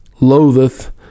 loatheth